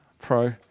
Pro